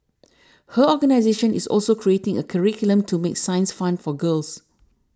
her organisation is also creating a curriculum to make science fun for girls